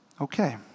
Okay